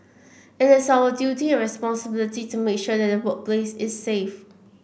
it is our duty and responsibility to make sure that the workplace is safe